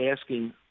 asking